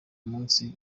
munsi